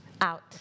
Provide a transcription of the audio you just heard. out